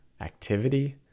Activity